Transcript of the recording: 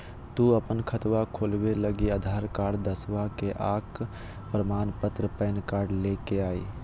तू अपन खतवा खोलवे लागी आधार कार्ड, दसवां के अक प्रमाण पत्र, पैन कार्ड ले के अइह